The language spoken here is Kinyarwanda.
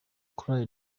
chorale